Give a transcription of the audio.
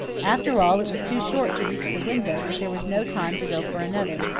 after all it was too short to reach the window, but there was no time to go for another.